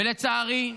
ולצערי,